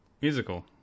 Musical